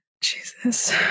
Jesus